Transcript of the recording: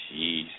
Jeez